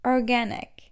Organic